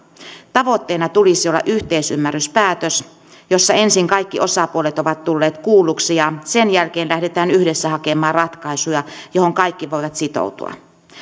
tavoitteena tulisi olla yhteisymmärryspäätös jossa ensin kaikki osapuolet ovat tulleet kuulluksi ja sen jälkeen lähdetään yhdessä hakemaan ratkaisua johon kaikki voivat sitoutua